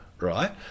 right